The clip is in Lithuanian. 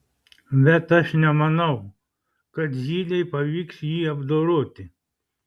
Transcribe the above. bet aš nemanau kad zylei pavyks jį apdoroti